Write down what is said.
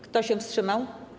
Kto się wstrzymał?